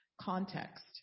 context